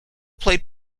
played